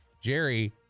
Jerry